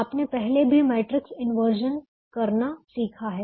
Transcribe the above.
आपने पहले भी मैट्रिक्स इंवर्जन करना सीखा है